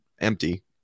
empty